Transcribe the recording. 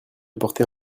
porter